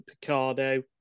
Picardo